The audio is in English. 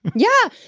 yeah.